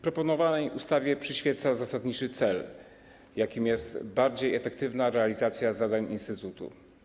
Proponowanej ustawie przyświeca zasadniczy cel, jakim jest bardziej efektywna realizacja zadań instytutu.